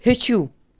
ہیٚچھِو